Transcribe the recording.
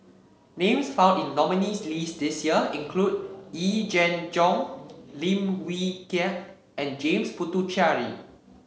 names found in the nominees' list this year include Yee Jenn Jong Lim Wee Kiak and James Puthucheary